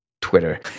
Twitter